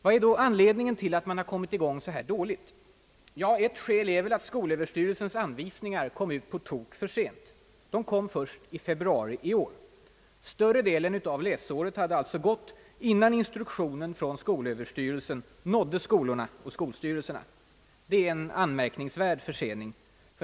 Vad är då anledningen till att man kommit i gång så här dåligt? Ett skäl är väl att skolöverstyrelsens anvisningar kom ut på tok för sent — först i februari i år. Större delen av läsåret hade alltså gått innan instruktionen från skolöverstyrelsen nått skolorna och skolstyrelserna. Det är en anmärkningsvärd försening.